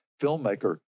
filmmaker